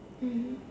mmhmm